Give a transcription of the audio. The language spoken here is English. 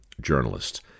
journalists